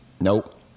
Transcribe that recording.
Nope